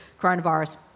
coronavirus